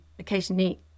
occasionally